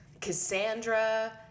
Cassandra